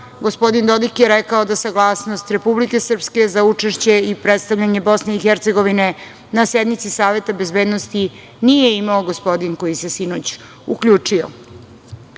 gospodin Dodik je rekao da saglasnost Republike Srpske za učešće i predstavljanje BiH na sednici Saveta bezbednosti nije imao gospodin koji se sinoć uključio. Odgovor